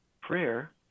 prayer